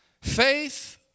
Faith